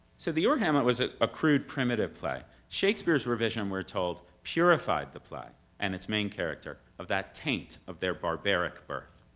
so the ur-hamlet was a ah crude, primitive play. shakespeare's revision, we're told purified the play, and its main character of that taint of their barbaric birth.